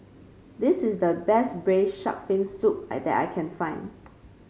this is the best braise shark fin soup I that I can find